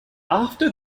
after